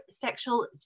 sexual